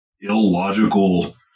illogical